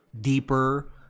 deeper